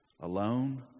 alone